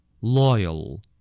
Loyal